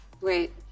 Wait